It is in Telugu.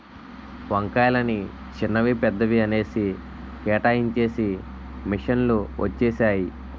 వంకాయలని చిన్నవి పెద్దవి అనేసి కేటాయించేసి మిషన్ లు వచ్చేసాయి